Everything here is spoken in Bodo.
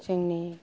जोंनि